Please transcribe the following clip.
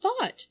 thought